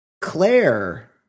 Claire